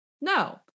No